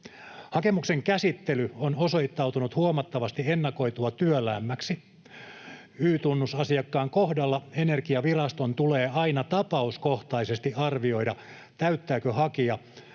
Hakemusten käsittely on osoittautunut huomattavasti ennakoitua työläämmäksi. Y-tunnusasiakkaan kohdalla Energiaviraston tulee aina tapauskohtaisesti arvioida, täyttääkö hakija